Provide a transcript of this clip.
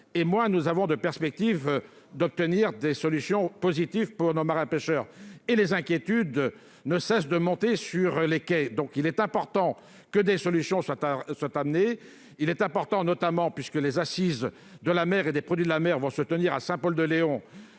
et plus s'éloigne la perspective d'obtenir des solutions positives pour nos marins pêcheurs. Les inquiétudes ne cessent de monter sur les quais et il est important que des solutions soient amenées. Puisque les Assises de la pêche et des produits de la mer vont se tenir à Saint-Paul-de-Léon